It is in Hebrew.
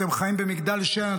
אתם חיים במגדל שן,